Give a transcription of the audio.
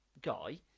guy